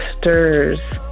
stirs